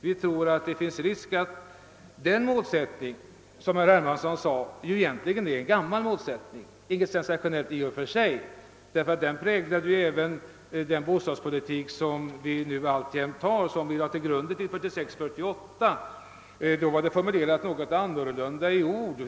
Såsom herr Hermansson sade är denna målsättning egentligen gammal och innebär ingenting sensationellt. Den präglar även den bostadspolitik som vi alltjämt för och som vi lade grunden till 1946 och 1948. Då var den formulerad annorlunda i ord.